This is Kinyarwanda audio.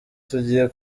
tugiye